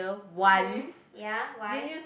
mmhmm ya why